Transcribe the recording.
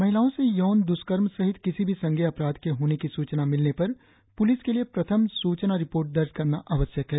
महिलाओं से यौन द्वष्कर्म सहित किसी भी संजेय अपराध के होने की सूचना मिलने पर प्लिस के लिए प्रथम सूचना रिपोर्ट दर्ज करना आवश्यक है